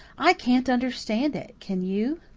i can't understand it, can you?